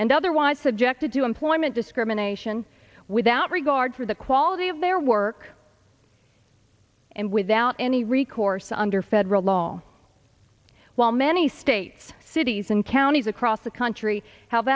and otherwise subjected to employment discrimination without regard for the quality of their work and without any recourse under federal law while many states cities and counties across the country h